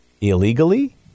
illegally